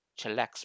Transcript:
chillax